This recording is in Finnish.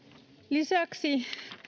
lisäksi